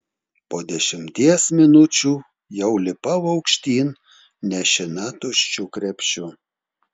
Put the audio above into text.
po dešimties minučių jau lipau aukštyn nešina tuščiu krepšiu